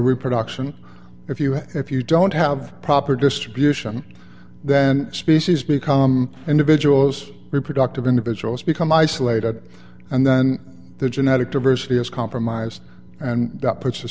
reproduction if you have if you don't have proper distribution then species become individuals reproductive individuals become isolated and then the genetic diversity is compromised and that puts a